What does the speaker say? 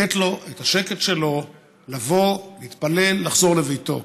לתת לו את השקט שלו לבוא, להתפלל, לחזור לביתו.